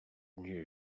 new